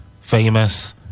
famous